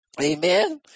Amen